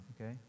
okay